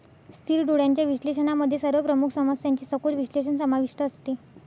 स्थिर डोळ्यांच्या विश्लेषणामध्ये सर्व प्रमुख समस्यांचे सखोल विश्लेषण समाविष्ट असते